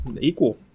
equal